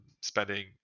spending